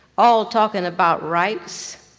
all talking about rights,